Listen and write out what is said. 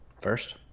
first